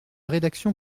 rédaction